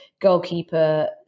goalkeeper